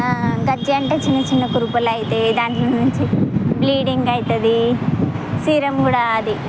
గజ్జి అంటే చిన్న చిన్న కురుపులు అవుతాయి దాంట్లో నుంచి బ్లీడింగ్ అవుతుంది సీరం కూడా అది